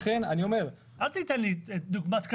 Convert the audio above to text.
אל תיתן לי דוגמאות קצה.